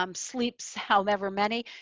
um sleeps however many,